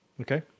okay